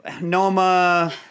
Noma